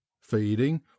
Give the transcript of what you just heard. feeding